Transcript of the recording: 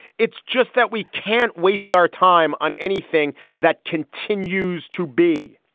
it's just that we can't waste our time on anything that continues to be.